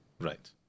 Right